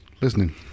listening